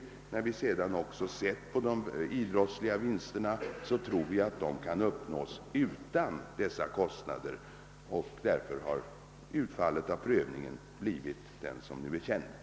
Och när vi sedan också sett på de idrottsliga vinsterna har vi sagt oss att de torde kunna uppnås utan dessa mycket avsevärda kostnader. Därför har utfallet av prövningen blivit det som nu är känt.